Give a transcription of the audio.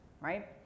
right